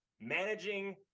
managing